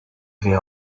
vais